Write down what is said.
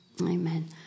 Amen